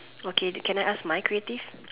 okay can I ask my creative